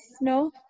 no